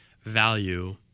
value